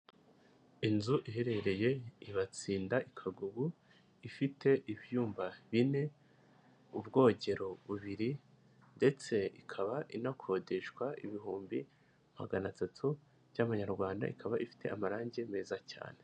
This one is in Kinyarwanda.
Inzu iherereye i Batsinda i Kagugu ifite ibyumba bine, ubwogero bubiri ndetse ikaba inakodeshwa ibihumbi magana atatu by'amanyarwanda, ikaba ifite amarangi meza cyane.